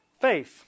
faith